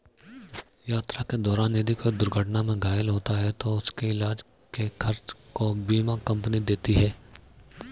यात्रा के दौरान यदि कोई दुर्घटना में घायल होता है तो उसके इलाज के खर्च को बीमा कम्पनी देती है